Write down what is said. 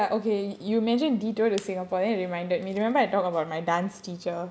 dude ya okay you mentioned detour to singapore then it reminded me remember I talk about my dance teacher